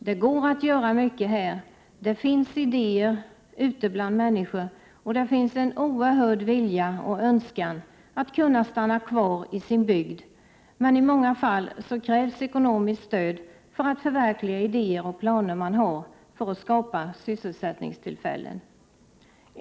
Det går att göra mycket här — det finns idéer ute bland människor, och det finns en oerhörd vilja och önskan att kunna stanna kvar i sin bygd. Men i många fall krävs ekonomiskt stöd för att förverkliga idéer och planer som man har för att skapa sysselsättningstillfällen.